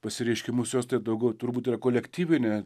pasireiškimus jos tai daugiau turbūt yra kolektyvinė